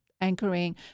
anchoring